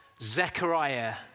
Zechariah